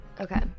Okay